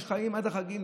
יש חיים עד החגים,